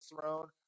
throne